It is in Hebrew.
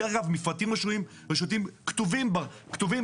דרך אגב, מפרטים רשותיים כתובים בחוק.